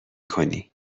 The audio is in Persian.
کنی